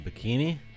bikini